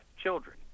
children